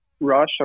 Russia